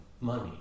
money